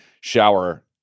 shower